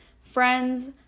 friends